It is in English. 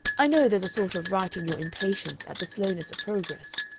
i know there's a sort of right in your impatience at the slowness of progress.